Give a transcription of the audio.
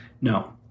No